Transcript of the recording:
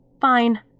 Fine